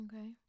Okay